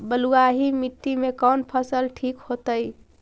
बलुआही मिट्टी में कौन फसल ठिक होतइ?